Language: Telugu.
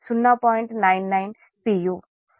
u